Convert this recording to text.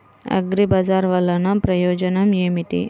అగ్రిబజార్ వల్లన ప్రయోజనం ఏమిటీ?